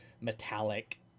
metallic